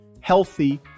healthy